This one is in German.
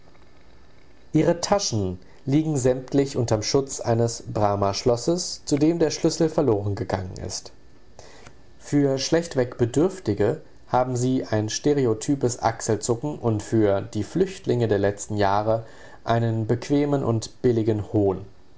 ihre taschen liegen sämtlich unterm schutz eines brama schlosses zu dem der schlüssel verlorengegangen ist für schlechtweg bedürftige haben sie ein stereotypes achselzucken und für die flüchtlinge der letzten jahre einen bequemen und billigen hohn